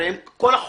הרי כל החוכמה,